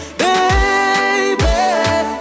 baby